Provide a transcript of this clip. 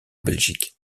belgique